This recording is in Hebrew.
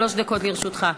שלוש דקות לרשותך.